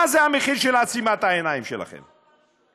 מה המחיר של עצימת העיניים שלכם?